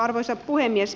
arvoisa puhemies